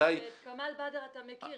את כמאל באדר אתה מכיר.